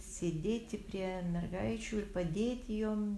sėdėti prie mergaičių ir padėti jom